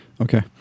Okay